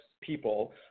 people